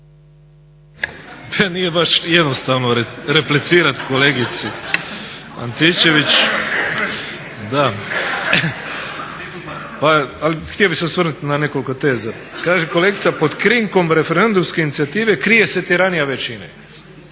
Nije baš jednostavno replicirati kolegici Antičević. Da, ali htio bih se osvrnuti na nekoliko teza. Kaže kolegica pod krinkom referendumske inicijative krije se tiranija većine.